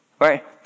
right